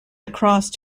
lacrosse